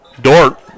Dort